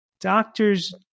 doctors